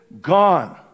gone